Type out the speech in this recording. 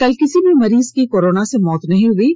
कल किसी भी मरीज की कोरोना से मौत नहीं हुई है